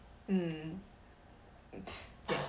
mm